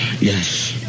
Yes